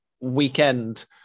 weekend